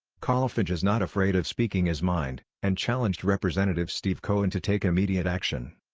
kolfage is not afraid of speaking his mind, and challenged rep. steve cohen to take immediate action.